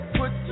put